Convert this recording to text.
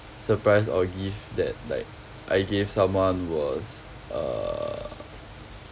surprise or gift that like I gave someone was err